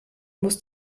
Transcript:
muss